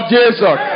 Jesus